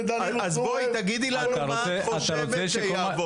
אז בואי תגידי לנו מה את חושבת שיעבוד?